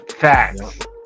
Facts